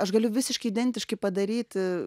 aš galiu visiškai identiškai padaryti